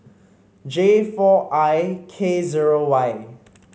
J four I K zero Y